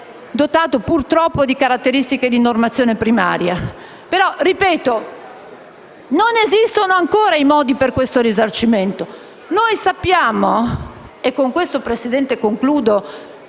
dotato, purtroppo, di caratteristiche di normazione primaria. Però, ripeto, non esistono ancora i modi per questo risarcimento. Concludo, Presidente, perché